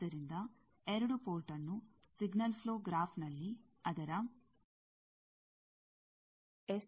ಆದ್ದರಿಂದ ಎರಡು ಪೋರ್ಟ್ನ್ನು ಸಿಗ್ನಲ್ ಪ್ಲೋ ಗ್ರಾಫ್ನಲ್ಲಿ ಅದರ ಎಸ್ ನಿಯತಾಂಕಗಳೊಂದಿಗೆ ಪ್ರತಿನಿಧಿಸಬಹುದು